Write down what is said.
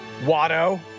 Watto